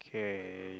okay